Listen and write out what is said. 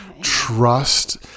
Trust